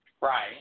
right